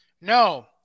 No